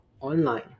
online